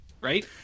Right